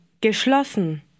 Geschlossen